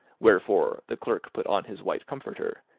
wherefore the clerk put on his white comforter,